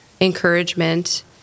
encouragement